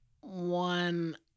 one